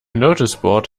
noticeboard